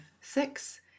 six